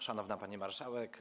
Szanowna Pani Marszałek!